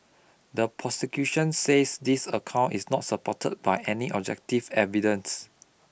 the prosecution says this account is not supported by any objective evidence